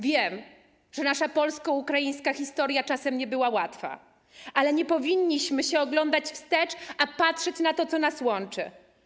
Wiem, że nasza polsko-ukraińska historia czasem nie była łatwa, ale nie powinniśmy się oglądać wstecz, powinniśmy patrzeć na to, co nas łączy.